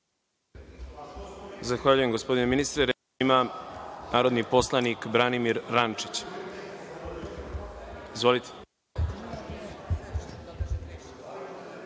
Zahvaljujem gospodine ministre. Reč ima narodni poslanik Branimir Rančić. Izvolite.